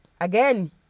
Again